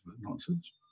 nonsense